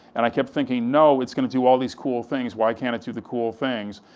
and i kept thinking, no, it's gonna do all these cool things, why can't it do the cool things?